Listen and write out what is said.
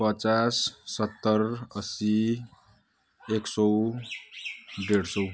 पचास सत्तर अस्सी एक सौ डेढ सौ